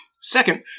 second